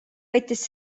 võttis